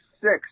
six